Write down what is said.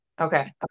okay